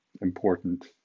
important